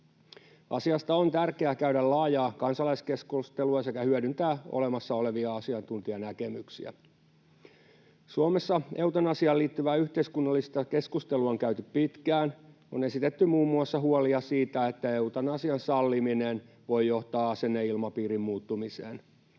Asiasta on tärkeää käydä laajaa kansalaiskeskustelua sekä hyödyntää olemassa olevia asiantuntijanäkemyksiä. Suomessa eutanasiaan liittyvää yhteiskunnallista keskustelua on käyty pitkään. On esitetty muun muassa huolia siitä, että eutanasian salliminen voi johtaa asenneilmapiirin muuttumiseen.